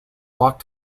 rock